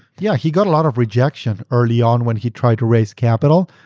yeah. he got a lot of rejection early on when he tried to raise capital.